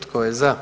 Tko je za?